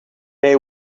they